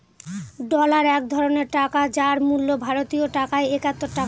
dollar এক ধরনের টাকা যার মূল্য ভারতীয় টাকায় একাত্তর টাকা